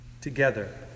together